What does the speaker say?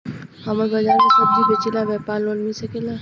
हमर बाजार मे सब्जी बेचिला और व्यापार लोन मिल सकेला?